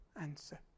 answer